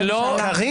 קארין.